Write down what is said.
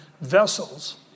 vessels